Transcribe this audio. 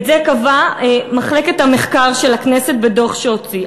את זה קבעה מחלקת המחקר של הכנסת בדוח שהוציאה.